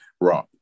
Raw